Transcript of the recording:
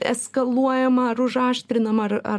eskaluojama ar užaštrinama ar ar